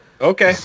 Okay